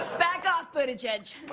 back off buttigieg.